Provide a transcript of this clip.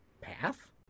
path